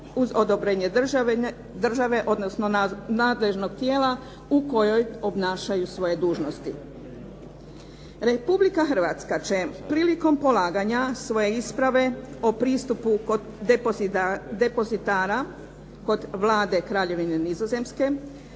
uz odobrenje države, odnosno nadležnog tijela u kojoj obnašaju svoje dužnosti. Republika Hrvatska će prilikom polaganja svoje isprave o pristupu kod depozitara, kod Vlade Kraljevine Nizozemske